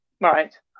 Right